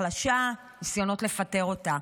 החלשה וניסיונות לפטר אותה,